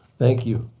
thank you.